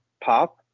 pop